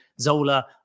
Zola